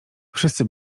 wszyscy